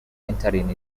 entering